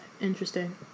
interesting